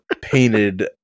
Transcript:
painted